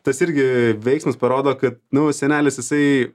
tas irgi veiksmas parodo kad nu senelis jisai